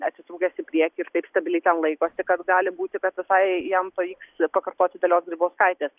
atitrūkęs į priekį ir taip stabiliai ten laikosi kad gali būti kad visai jam pavyks pakartoti dalios grybauskaitės